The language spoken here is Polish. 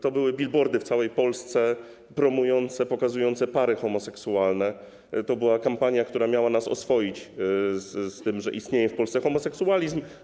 To były billboardy w całej Polsce promujące, pokazujące pary homoseksualne, to była kampania, która miała nas oswoić z tym, że istnieje w Polsce homoseksualizm.